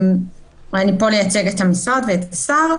אני פה לייצג את המשרד ואת השר.